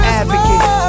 advocate